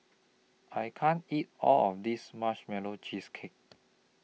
I can't eat All of This Marshmallow Cheesecake